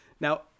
Now